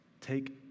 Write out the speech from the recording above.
Take